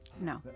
No